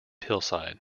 hillside